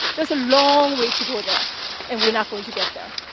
there's a long way to go there and we're not going to get there.